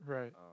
Right